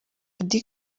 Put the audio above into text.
auddy